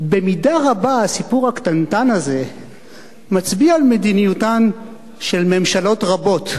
במידה רבה הסיפור הקטנטן הזה מצביע על מדיניותן של ממשלות רבות,